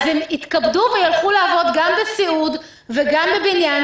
אז הם יתכבדו וילכו לעבוד גם בסיעוד וגם בבניין.